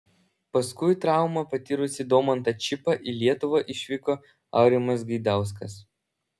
paskui traumą patyrusį domantą čypą į lietuvą išvyko aurimas gaidauskas